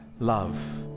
Love